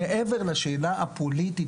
מעבר לשאלה הפוליטית,